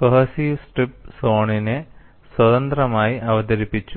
cohesive strip സോണിനെ സ്വതന്ത്രമായി അവതരിപ്പിച്ചു